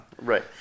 Right